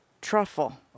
truffle